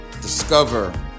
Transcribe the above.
discover